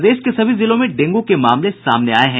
प्रदेश के सभी जिलों में डेंगू के मामले सामने आये हैं